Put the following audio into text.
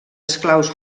esclaus